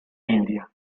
india